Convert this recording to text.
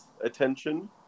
attention